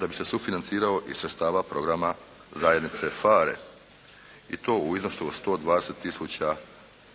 da bi se sufinancirao iz sredstava programa zajednice FARE i to u iznosu od 120 tisuća